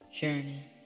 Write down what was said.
journey